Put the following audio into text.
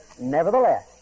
nevertheless